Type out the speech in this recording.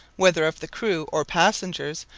whether of the crew or passengers,